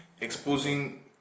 exposing